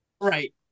Right